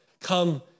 come